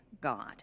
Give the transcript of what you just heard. God